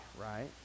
right